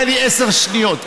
תן לי עשר שניות,